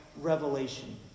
Revelation